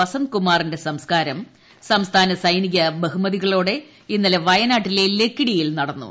വസന്തകുമാറിന്റെ പ്രസ്കാരം സംസ്ഥാന സൈനിക ബഹുമതികളോടെ ഇന്നല്ലെ വയനാട്ടിലെ ലക്കിടിയിൽ നടന്നു